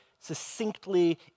succinctly